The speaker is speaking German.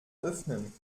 öffnen